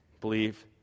believe